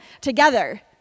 together